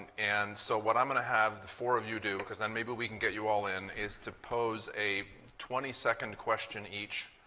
and so what i'm going to have the four of you do, because then maybe we can get you all in, is to pose a twenty second question each.